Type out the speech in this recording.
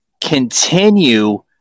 continue